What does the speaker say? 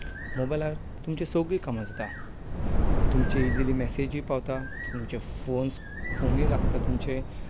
मोबायलार तुमची सगळीं कामां जाता तुमची इजिली मॅसेजूय पावता तुमचे फोन्स फोनय लागता तुमचे